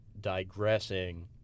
digressing